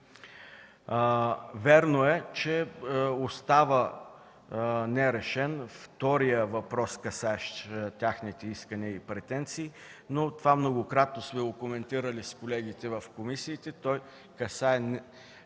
Вярно е, че остава нерешен вторият въпрос, касаещ техните искания и претенции, но това многократно сме го коментирали с колегите в комисиите. То касае промяна